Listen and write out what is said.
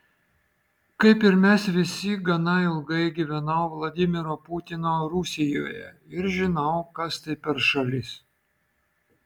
kaip ir mes visi gana ilgai gyvenau vladimiro putino rusijoje ir žinau kas tai per šalis